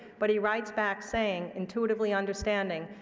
but he writes back saying, intuitively understanding,